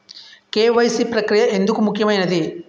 KYC ప్రక్రియ ఎందుకు ముఖ్యమైనది?